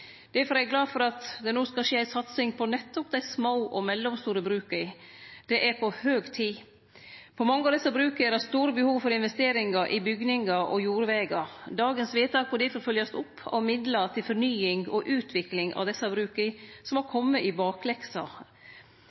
Difor er eg glad for at det no skal skje ei satsing på nettopp dei små og mellomstore bruka. Det er på høg tid. På mange av desse bruka er det store behov for investeringar i bygningar og jordvegar. Vedtaket i dag må difor følgjast opp med midlar til fornying og utvikling av desse bruka, som har kome i bakleksa.